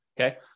Okay